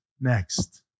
next